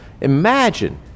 Imagine